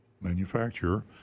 manufacturer